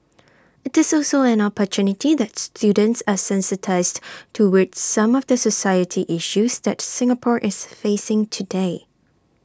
IT is also an opportunity that students are sensitised towards some of the society issues that Singapore is facing today